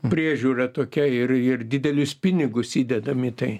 priežiūra tokia ir ir didelius pinigus įdedam į tai